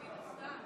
חברי הכנסת,